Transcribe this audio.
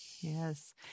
Yes